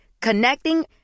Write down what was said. Connecting